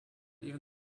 even